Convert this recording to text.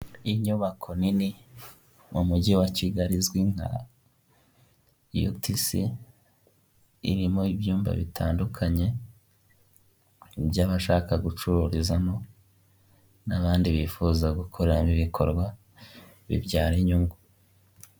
Abagabo batatu aho bicaye umwuka umwe akaba yambaye ikote ry'umukara ndetse akaba yambayemo n'ishati y'ubururu, abandi babiri bakaba bambaye amashati y'mweru, aho buri wese hari akarangururamajwi imbere ye wo hagati akaba ari we uri kuvuga.